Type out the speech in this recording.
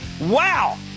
wow